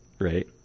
Right